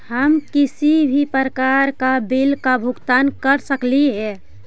हम किसी भी प्रकार का बिल का भुगतान कर सकली हे?